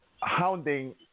hounding